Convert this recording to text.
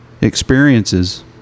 experiences